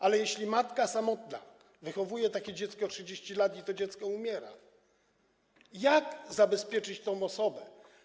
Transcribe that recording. Ale jeśli samotna matka wychowuje takie dziecko 30 lat i to dziecko umiera, to jak zabezpieczyć taką osobę?